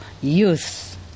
youth